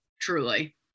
Truly